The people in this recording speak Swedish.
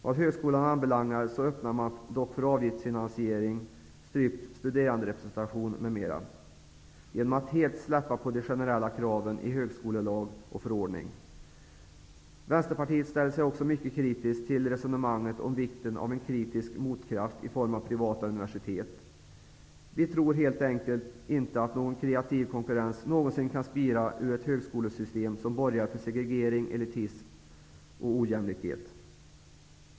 Vad högskolan anbelangar öppnar man för avgiftsfinansiering, strypt studeranderepresentation, m.m., genom att helt släppa på de generella kraven i högskolelag och förordning. Vänsterpartiet ställer sig också mycket kritiskt till resonemanget om vikten av en kritisk motkraft i form av privata unversitet. Vi tror helt enkelt inte att någon kreativ konkurrens någonsin kan spira ur ett högskolesystem som borgar för segregering, elitism och ojämlikhet.